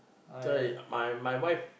that's why my my wife